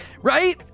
Right